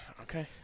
Okay